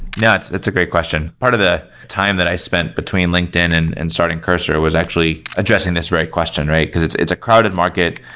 yeah it's it's a great question. part of the time that i spent between linkedin and and starting cursor was actually adjusting this very question, right? because it's it's a crowded market.